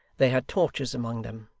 they had torches among them,